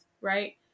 Right